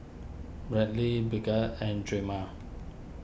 Brantley Brigette and Drema